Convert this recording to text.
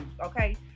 okay